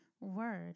word